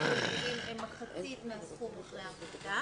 הן מחצית מהסכום לפני הפחתה,